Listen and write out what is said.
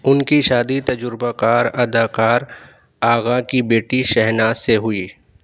ان کی شادی تجربہ کار اداکار آغا کی بیٹی شہناز سے ہوئی